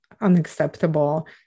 unacceptable